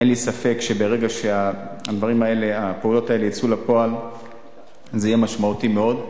אין לי ספק שברגע שהדברים האלה יצאו אל הפועל זה יהיה משמעותי מאוד,